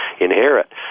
inherit